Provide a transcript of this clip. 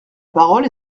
parole